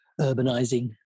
urbanizing